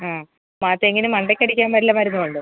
അ അപ്പോൾ ആ തെങ്ങിന് മണ്ടയ്ക്കടിക്കാൻ വല്ല മരുന്നുമുണ്ടോ